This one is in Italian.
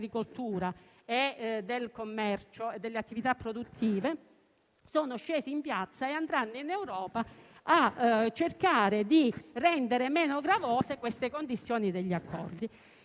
e del commercio e delle attività produttive, sono scesi in piazza e andranno in Europa a cercare di rendere meno gravose le condizioni degli accordi.